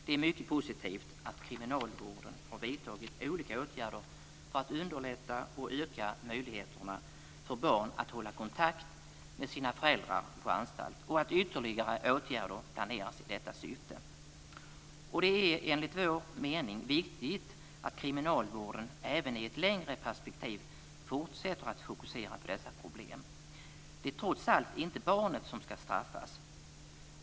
Det är mycket positivt att kriminalvården har vidtagit olika åtgärder för att underlätta och öka möjligheterna för barn att hålla kontakt med sina föräldrar på anstalt och att ytterligare åtgärder planeras i detta syfte. Det är enligt vår mening viktigt att kriminalvården även i ett längre perspektiv fortsätter att fokusera på dessa problem. Det är trots allt inte barnet som ska straffas.